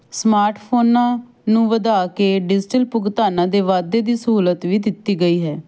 smart ਫੋਨਾਂ ਨੂੰ ਵਧਾ ਕੇ ਡਿਜੀਟਲ ਭੁਗਤਾਨਾਂ ਦੇ ਵਾਧੇ ਦੀ ਸਹੂਲਤ ਵੀ ਦਿੱਤੀ ਗਈ ਹੈ